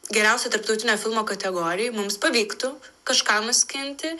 geriausio tarptautinio filmo kategorijoj mums pavyktų kažką nuskinti